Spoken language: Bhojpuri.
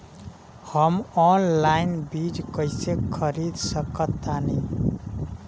हम ऑनलाइन बीज कईसे खरीद सकतानी?